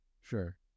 Sure